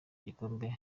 igikombe